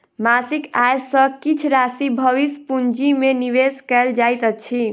मासिक आय सॅ किछ राशि भविष्य पूंजी में निवेश कयल जाइत अछि